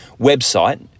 website